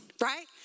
right